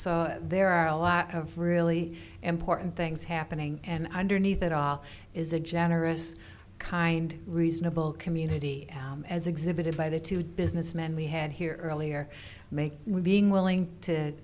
so there are a lot of really important things happening and underneath it all is a generous kind reasonable community as exhibited by the two businessmen we had here earlier make being willing to